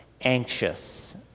anxious